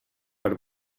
per